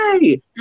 Yay